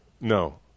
No